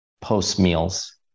post-meals